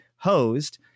Hosed